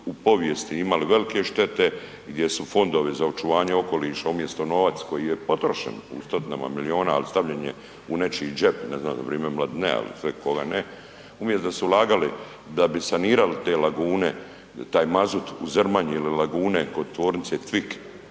u povijesti imali velike štete gdje su fondovi za očuvanje okoliša umjesto novac koji je potrošen u stotinama miliona, al stavljen je u nečiji džep, ne znam za vrijeme Mladinea il sve koga ne, umjesto da su ulagali da bi sanirali te lagune da taj mazut u Zrmanji ili lagune kod tvornice TVIK